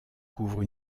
couvre